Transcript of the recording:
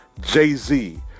Jay-Z